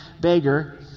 beggar